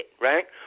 right